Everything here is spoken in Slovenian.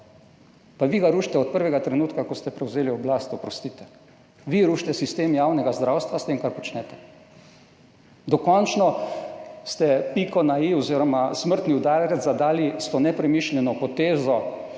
Pa vi ga rušite od prvega trenutka, ko ste prevzeli oblast, oprostite. Vi rušite sistem javnega zdravstva s tem, kar počnete. Dokončno ste piko na i oziroma smrtni udarec zadali s to nepremišljeno potezo